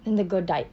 then the girl died